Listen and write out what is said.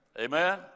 Amen